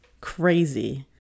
crazy